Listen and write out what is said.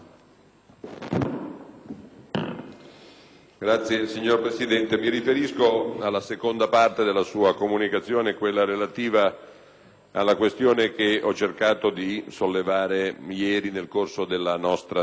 *(PD)*. Signor Presidente, mi riferisco alla seconda parte della sua comunicazione, quella relativa alla questione che ho cercato di sollevare ieri nel corso della nostra discussione.